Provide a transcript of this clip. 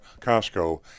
Costco